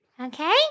Okay